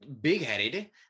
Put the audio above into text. big-headed